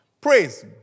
Praise